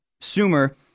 Sumer